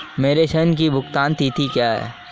मेरे ऋण की भुगतान तिथि क्या है?